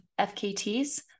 FKTs